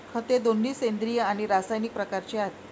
खते दोन्ही सेंद्रिय आणि रासायनिक प्रकारचे आहेत